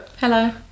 Hello